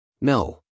No